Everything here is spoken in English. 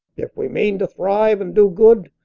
if we meane to thriue, and do good,